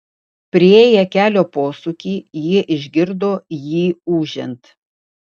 priėję kelio posūkį jie išgirdo jį ūžiant